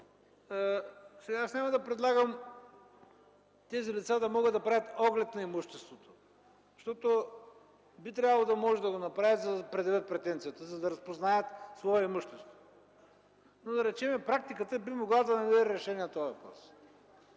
аз няма да предлагам тези лица да могат да правят оглед на имуществото, защото би трябвало да могат да го направят, за да предявят претенцията, за да разпознаят свое имущество. Но практиката би могла да ни даде решение на този